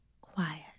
Quiet